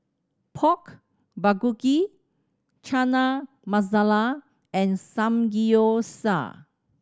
Pork Bulgogi Chana Masala and Samgeyopsal